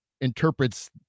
interprets